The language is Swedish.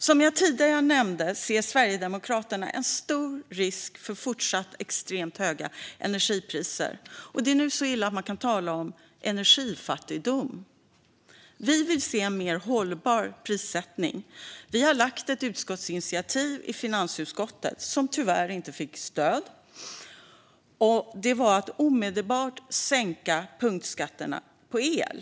Som jag tidigare nämnde ser Sverigedemokraterna en stor risk för fortsatt extremt höga energipriser. Det är nu så illa att man kan tala om energifattigdom. Vi vill se en mer hållbar prissättning. Vi har lagt fram ett förslag om ett utskottsinitiativ i finansutskottet, vilket tyvärr inte fick stöd. Det innebar att man omedelbart skulle sänka punktskatten på el.